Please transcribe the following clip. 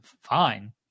Fine